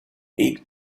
big